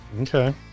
Okay